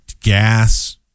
gas